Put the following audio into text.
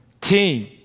Team